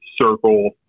circle